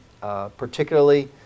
particularly